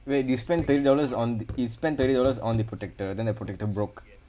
wait you spend thirty dollars on you spend thirty dollars on the protector then the protector broke